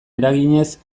eraginez